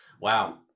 Wow